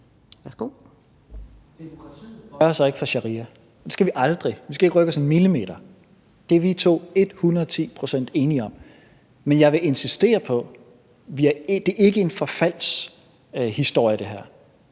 Vi skal ikke rykke os en millimeter. Det er vi to hundrede og ti procent enige om. Men jeg vil insistere på, at det her ikke er en forfaldshistorie.